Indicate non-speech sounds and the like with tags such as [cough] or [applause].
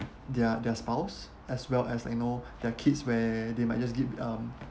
their their spouse as well as you know [breath] their kids where they might just give um